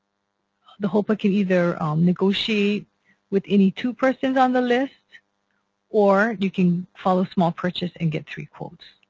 the hopa can either negotiate with any two persons on the list or you can file a small purchase and get three quotes.